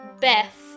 Beth